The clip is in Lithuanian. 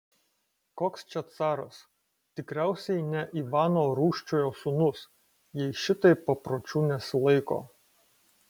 koks čia caras tikriausiai ne ivano rūsčiojo sūnus jei šitaip papročių nesilaiko